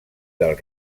del